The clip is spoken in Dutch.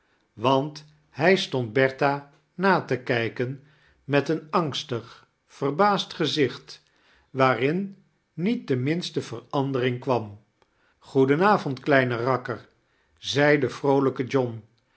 want hij stond bertha na te kijken met een angstig verbaasd gezicht waarin niet de minste verandeong kwam goeden avond kleine rakker zei de vroolijke john